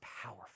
powerful